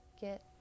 get